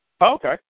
Okay